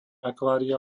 akvária